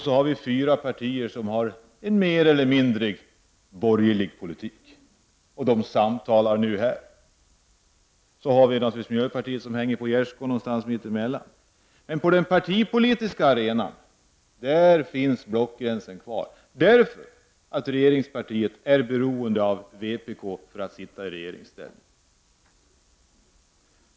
Så har vi fyra partier som mer eller mindre för borgerlig politik. De samtalar här nu. Så har vi naturligtvis miljöpartiet som hänger på gärdsgården mitt emellan. Men på den partipolitiska arenan finns blockgränserna kvar — regeringspartiet är beroende av vpk för att kunna sitta i regeringsställning.